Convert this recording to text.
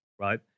right